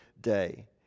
day